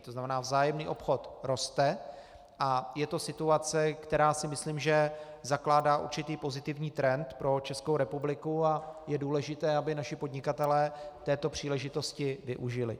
To znamená, vzájemný obchod roste a je to situace, která si myslím, že zakládá určitý pozitivní trend pro Českou republiku, a je důležité, aby naši podnikatelé této příležitosti využili.